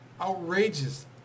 outrageous